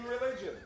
religion